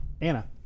Anna